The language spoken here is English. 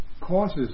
causes